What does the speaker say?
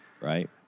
Right